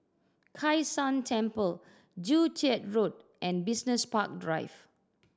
Kai San Temple Joo Chiat Road and Business Park Drive